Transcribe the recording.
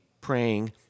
praying